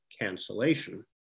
cancellation